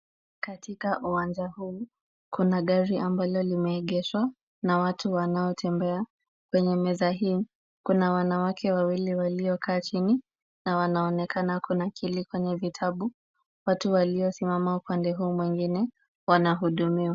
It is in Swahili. Katika uwanja huu kuna gari ambalo limeegeshwa na watu wanaotembea kwenye meza hii, kuna wanawake wawili waliokaa chini na wanaonekana kunakili kwenye vitabu, watu waliosimama upande huu mwingine wanahudumiwa.